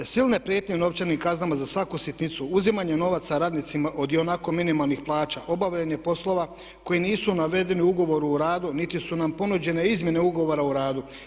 Silne prijetnje u novčanim kaznama za svaku sitnicu, uzimanja novaca radnicima od ionako minimalnih plaća, obavljanje poslova koji nisu navedeni u ugovoru o radu niti su nam ponuđene izmjene ugovora o radu.